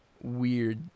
weird